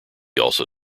also